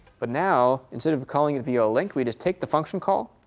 but now, instead of calling it via a link, we just take the function call,